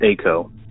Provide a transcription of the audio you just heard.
ACO